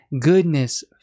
goodness